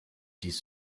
dies